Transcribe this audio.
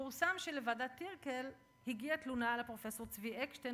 פורסם שלוועדת טירקל הגיעה תלונה על הפרופסור צבי אקשטיין